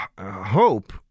hope